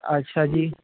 ਅੱਛਾ ਜੀ